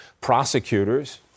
Prosecutors